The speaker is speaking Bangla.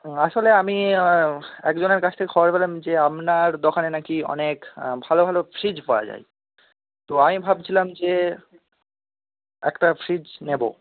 আসলে আমি একজনের কাছ থেকে খবর পেলাম যে আপনার দোকানে না কি অনেক ভালো ভালো ফ্রিজ পাওয়া যায় তো আমি ভাবছিলাম যে একটা ফ্রিজ নেব